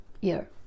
year